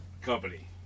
company